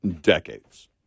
decades